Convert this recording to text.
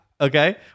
Okay